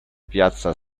piazza